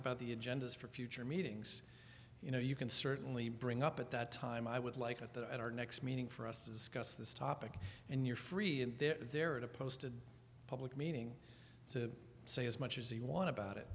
about the agendas for future meetings you know you can certainly bring up at that time i would like at that at our next meeting for us to discuss this topic and you're free and they're there to post a public meeting to say as much as the one about it